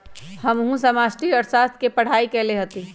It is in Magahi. हमहु समष्टि अर्थशास्त्र के पढ़ाई कएले हति